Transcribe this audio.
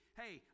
hey